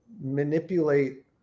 manipulate